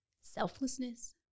selflessness